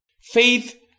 Faith